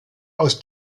aus